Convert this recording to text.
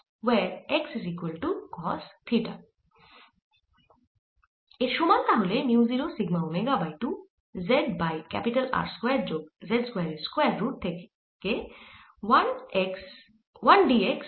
এর সমান তাহলে mu 0 sigma omega by 2 z by R square যোগ z স্কয়ার এর স্কয়ার রুট থেকে 1 dx গুন 1 বাই x স্কয়ার বিয়োগ 1